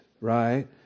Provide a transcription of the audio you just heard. Right